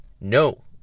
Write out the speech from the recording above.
no